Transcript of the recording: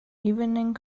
evening